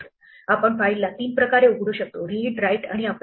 आपण फाईल ला तीन प्रकारे उघडू शकतो read write आणि append